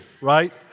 right